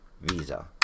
Visa